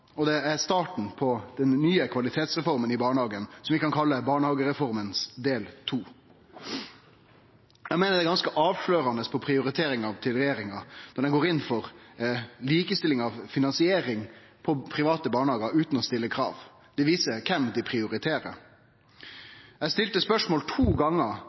og det er starten på den nye kvalitetsreforma i barnehagen, som vi kan kalle «barnehagereforma del 2». Eg meiner det er ganske avslørande for prioriteringa til regjeringa når dei går inn for likestilling av finansiering av private barnehagar utan å stille krav. Det viser kven dei prioriterer. Eg stilte spørsmålet to gongar